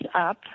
up